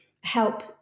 help